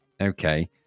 Okay